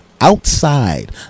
outside